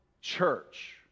church